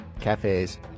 cafes